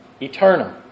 Eternal